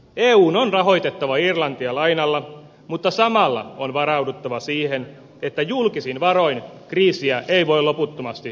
eun on rahoitettava irlantia lainalla mutta samalla on varauduttava siihen että julkisin varoin kriisiä ei voi loputtomasti rajoittaa